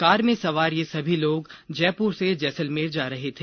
car में सवार ये सभी लोग जयपुर से जैसलमेर जा रहे थे